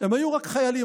הם היו רק חיילים,